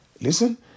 Listen